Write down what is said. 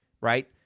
right